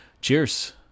cheers